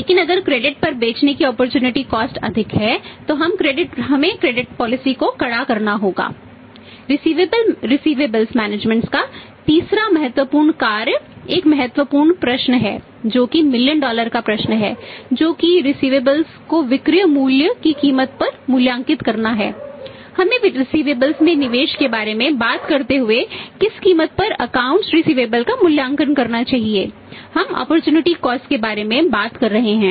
लेकिन अगर क्रेडिट के बारे में बात कर रहे हैं